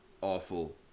awful